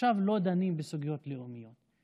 עכשיו לא דנים בסוגיות לאומיות.